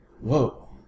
Whoa